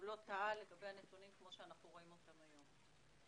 הוא לא טעה לגבי הנתונים כמו שאנחנו רואים אותם היום.